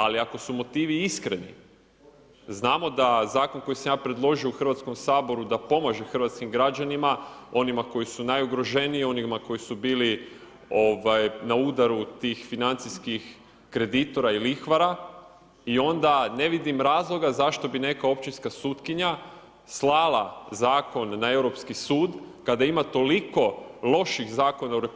Ali ako su motivi iskreni, znamo da Zakon koji sam ja predložio u Hrvatskom saboru da pomaže hrvatskim građanima, onima koji su najugroženiji, onima koji su bili na udaru tih financijskih kreditora i lihvara i onda ne vidim razloga zašto bi neka općinska sutkinja slala Zakon na Europski sud kada ima toliko loših zakona u RH